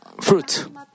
fruit